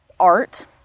Art